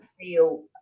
feel